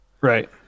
Right